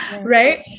right